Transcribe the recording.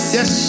Yes